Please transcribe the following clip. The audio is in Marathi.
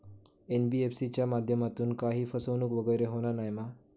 एन.बी.एफ.सी च्या माध्यमातून काही फसवणूक वगैरे होना नाय मा?